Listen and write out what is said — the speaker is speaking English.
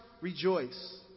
rejoice